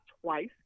twice